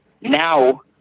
now